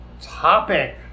topic